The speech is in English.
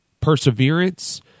perseverance